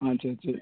ஆ சரி சரி